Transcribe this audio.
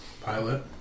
Pilot